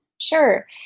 Sure